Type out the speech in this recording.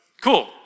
Cool